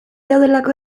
daudelako